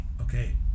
Okay